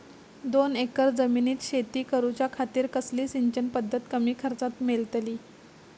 दोन एकर जमिनीत शेती करूच्या खातीर कसली सिंचन पध्दत कमी खर्चात मेलतली?